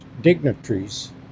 dignitaries